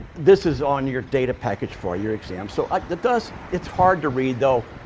this is on your data package for your exam. so, that does, it's hard to read though,